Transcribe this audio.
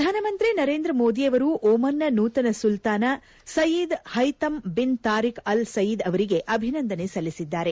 ಪ್ರಧಾನಮಂತ್ರಿ ನರೇಂದ್ರ ಮೋದಿ ಅವರು ಒಮನ್ನ ನೂತನ ಸುಲ್ತಾನ್ Said Haitham bin Tariq Al Said ಅವರಿಗೆ ಅಭಿನಂದನೆ ಸಲ್ಲಿಸಿದ್ದಾರೆ